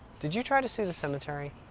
did you try to sue the cemetery?